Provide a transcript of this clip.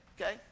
okay